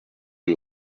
rue